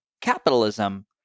capitalism